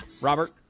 Robert